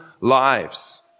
lives